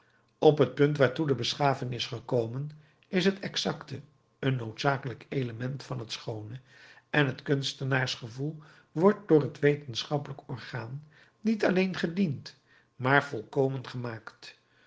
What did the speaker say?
op het punt waartoe de beschaving is gekomen is het exacte een noodzakelijk element van het schoone en het kunstenaarsgevoel wordt door het wetenschappelijk orgaan niet alleen gediend maar volkomen gemaakt